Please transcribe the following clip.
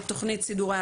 את תוכנית סידורי